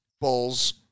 Bulls